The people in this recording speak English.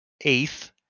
eighth